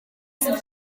sydd